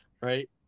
right